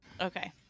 Okay